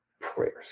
prayers